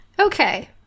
Okay